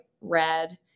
red